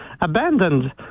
abandoned